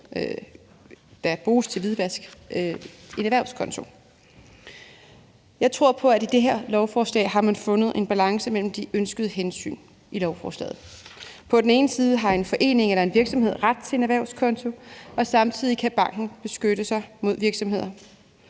der bruges til hvidvask, en erhvervskonto. Jeg tror på, at man i det her lovforslag har fundet en balance mellem de ønskede hensyn i lovforslaget. På den ene side har en forening eller en virksomhed ret til en erhvervskonto, og samtidig kan banken beskytte sig mod virksomheder,